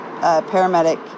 paramedic